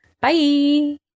Bye